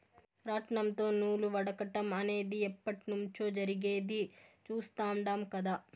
రాట్నంతో నూలు వడకటం అనేది ఎప్పట్నుంచో జరిగేది చుస్తాండం కదా